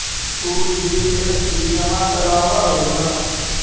तु जी.एस.टी जमा करवाब हहु न?